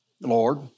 Lord